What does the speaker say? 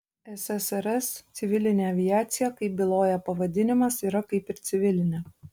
ssrs civilinė aviacija kaip byloja pavadinimas yra kaip ir civilinė